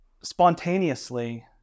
spontaneously